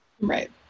Right